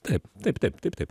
taip taip taip taip taip